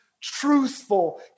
truthful